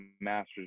master's